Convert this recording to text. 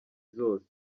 zose